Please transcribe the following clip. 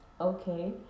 Okay